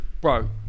Bro